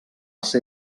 ser